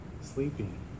sleeping